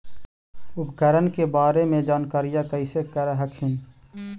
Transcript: उपकरण के बारे जानकारीया कैसे कर हखिन?